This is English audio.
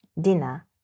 dinner